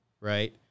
right